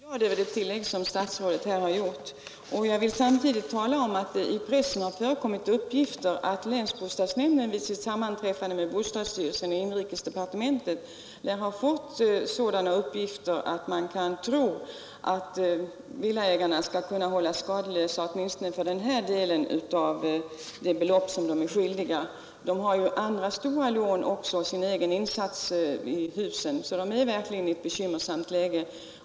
Herr talman! Jag är mycket glad över det tillägg som statsrådet här har gjort. Jag vill i sammanhanget tala om, att det i pressen förekommit uppgifter om att länsbostadsnämndens representanter vid sitt sammanträffande i inrikesdepartementet med representanter för bostadsstyrelsen lär ha fått sådana uppgifter att man kan tro att villaägarna skall kunna hållas skadeslösa åtminstone för den här delen av det belopp som de är skyldiga. De har ju andra stora lån också och sin egen insats i husen, så de är verkligen i ett bekymmersamt läge.